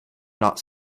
not